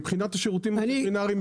מבחינת השירותים הווטרינריים,